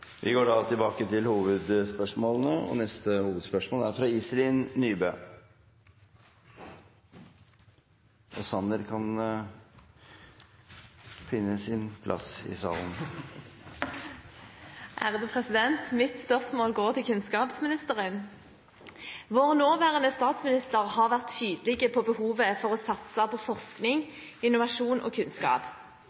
går vi til neste hovedspørsmål. Mitt spørsmål går til kunnskapsministeren. Vår nåværende statsminister har vært tydelig på behovet for å satse på forskning,